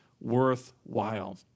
worthwhile